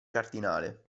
cardinale